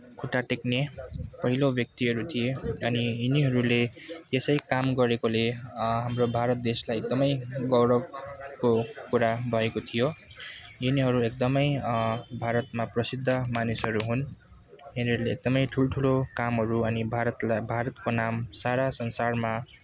खुट्टा टेक्ने पहिलो व्यक्तिहरू थिए अनि यिनीहरूले यसै काम गरेकोले हाम्रो भारत देशलाई एकदमै गौरवको कुरा भएको थियो यिनीहरू एकदमै भारतमा प्रसिद्ध मानिसहरू हुन् यिनीहरूले एकदमै ठुलठुलो कामहरू अनि भारतलाई भारतको नाम सारा संसारमा